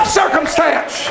circumstance